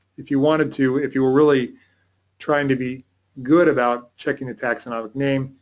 if you wanted to, if you were really trying to be good about checking a taxonomic name,